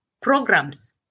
programs